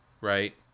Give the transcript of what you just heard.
Right